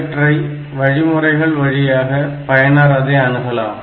இவற்றை வழிமுறைகள் வழியாக பயனர் அதை அணுகலாம்